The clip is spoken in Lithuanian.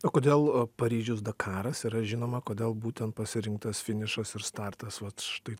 o kodėl paryžius dakaras yra žinoma kodėl būtent pasirinktas finišas ir startas vat štai